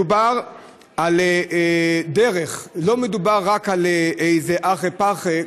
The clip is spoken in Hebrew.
מדובר על דרך, לא מדובר רק על איזה ארחי פרחי.